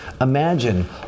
Imagine